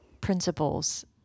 principles